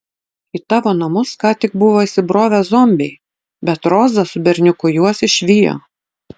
į tavo namus ką tik buvo įsibrovę zombiai bet roza su berniuku juos išvijo